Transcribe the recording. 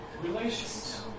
relations